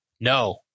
No